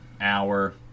hour